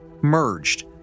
merged